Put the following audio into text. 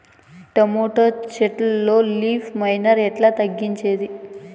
Tomato చెట్లల్లో leaf miner ఎట్లా తగ్గించేది?